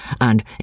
and